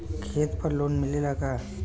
खेत पर लोन मिलेला का?